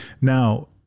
now